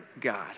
God